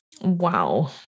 Wow